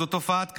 זו תופעת קצה,